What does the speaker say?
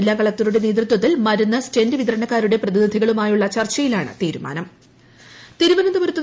ജില്ലാ കളക്ടറുടെ നേതൃത്വത്തിൽ മരുന്ന് സ്റ്റെന്റ് വിതരണക്കാരുടെ പ്രതിനിധികളുമായുള്ള ചർച്ചയിലാണ് തീരുമാനം